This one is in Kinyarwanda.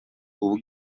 ubu